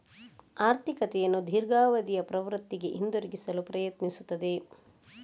ಆರ್ಥಿಕತೆಯನ್ನು ದೀರ್ಘಾವಧಿಯ ಪ್ರವೃತ್ತಿಗೆ ಹಿಂತಿರುಗಿಸಲು ಪ್ರಯತ್ನಿಸುತ್ತದೆ